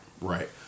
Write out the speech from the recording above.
right